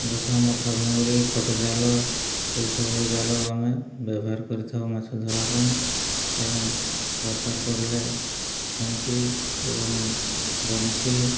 ଯଥା ମଥା ଭଉଁରି ଖଟଜାଲ ଏସବୁ ଜାଲ ଆମେ ବ୍ୟବହାର କରିଥାଉ ମାଛ ଧରା ପାଇଁ ଏବଂ ଦରକାର ପଡ଼ିଲେ କଇଁଚି ଏବଂ ବନିଶୀ